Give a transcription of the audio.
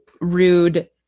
rude